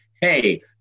Hey